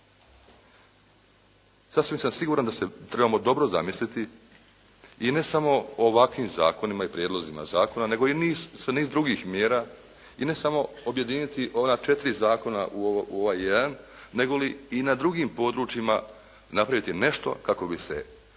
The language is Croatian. Sasvim sam siguran da se trebamo dobro zamisliti i ne samo ovakvim zakonima i prijedlozima zakona, nego i niz za niz drugih mjera i ne samo objediniti ona četiri zakona u ovaj jedan, nego li i na drugim područjima napraviti nešto kako bi se